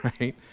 Right